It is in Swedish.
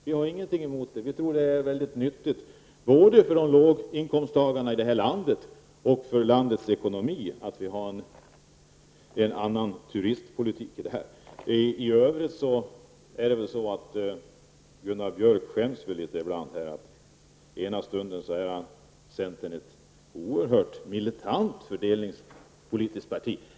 Vi tror att det är mycket nyttigt både för låginkomsttagarna och för landets ekonomi att det förs en annan turistpolitik. För övrigt är det väl så, att Gunnar Björk skäms litet grand. I ena stunden är centern ett oerhört militant fördelningspolitiskt parti.